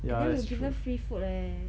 and then we were given free food leh